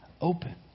open